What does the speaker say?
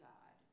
God